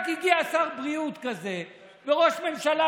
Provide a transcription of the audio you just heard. רק הגיע שר בריאות כזה וראש ממשלה,